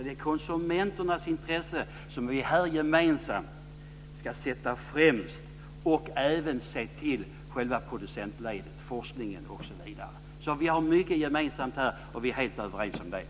Det är konsumenternas intresse som vi här gemensamt ska sätta främst, och vi ska även se till själva producentledet - forskningen, osv. Vi har mycket gemensamt här. Vi är helt överens om det.